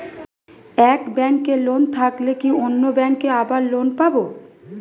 এক ব্যাঙ্কে লোন থাকলে কি অন্য ব্যাঙ্কে আবার লোন পাব?